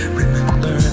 remember